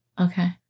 Okay